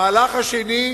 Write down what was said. המהלך השני,